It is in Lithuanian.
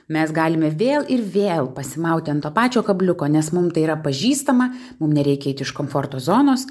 mes galime vėl ir vėl pasimauti ant to pačio kabliuko nes mum tai yra pažįstama mum nereikia eiti iš komforto zonos